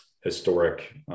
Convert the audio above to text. historic